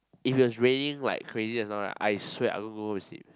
if it was raining like crazy just now I swear I will go home and sleep